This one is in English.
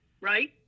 right